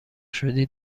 شدی